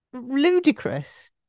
ludicrous